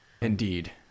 indeed